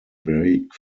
break